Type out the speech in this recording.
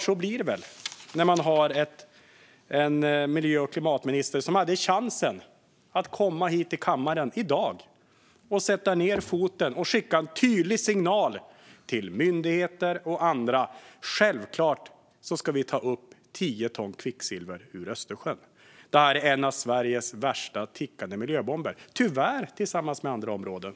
Så blir det när man har en miljö och klimatminister som hade chansen att komma till kammaren i dag, sätta ned foten och skicka en tydlig signal till myndigheter och andra om att tio ton kvicksilver självklart ska tas upp ur Östersjön. Det är en av Sveriges värsta tickande miljöbomber, tyvärr tillsammans med andra områden.